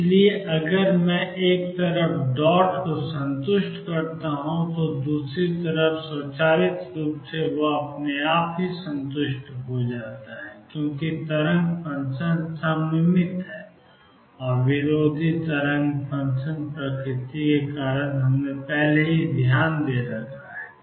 इसलिए अगर मैं एक तरफ डॉट को संतुष्ट करता हूं तो दूसरी तरफ स्वचालित रूप से संतुष्ट हो जाएगा क्योंकि तरंग फ़ंक्शन की सिमिट्रिक और विरोधी सिमिट्रिक प्रकृति के कारण हमने पहले ही ध्यान रखा है